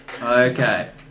Okay